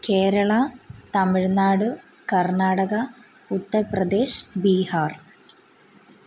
Keralam Tamil Nadu Karnataka Uttar Pradesh Bihar